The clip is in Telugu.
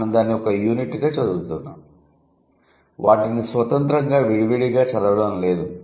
మనం దానిని ఒక యూనిట్గా చదువుతున్నాము వాటిని స్వతంత్రంగా విడివిడిగా చదవడం లేదు